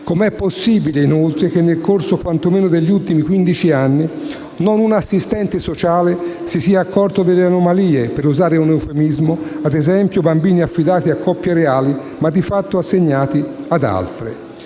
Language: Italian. Com'è possibile, inoltre, che nel corso quantomeno degli ultimi quindici anni non un assistente sociale si sia accorto delle anomalie - per usare un eufemismo - come, ad esempio, bambini affidati a coppie reali ma di fatto assegnati ad altre.